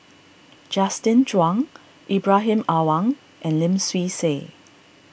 Justin Zhuang Ibrahim Awang and Lim Swee Say